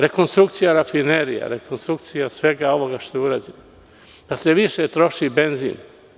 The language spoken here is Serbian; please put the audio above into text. Rekonstrukcija rafinerija, rekonstrukcija svega ovoga što je uređeno, da sve više troši benzin.